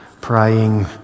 praying